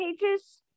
pages